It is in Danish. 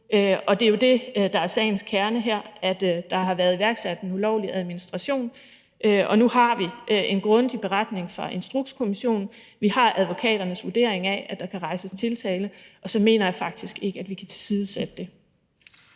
Det er jo det, der er sagens kerne her, nemlig at der har været iværksat en ulovlig administration, og nu har vi en grundig beretning fra Instrukskommissionen, og vi har advokaternes vurdering af, at der kan rejses tiltale, og så mener jeg faktisk ikke, at vi kan tilsidesætte det.